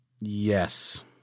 Yes